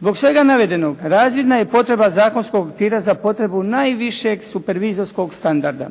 Zbog svega navedenog, razvidna je potreba zakonskog okvira za potrebu najvišeg supervizorskog standarda.